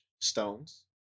stones